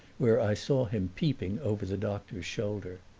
where i saw him peeping over the doctor's shoulder.